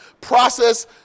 process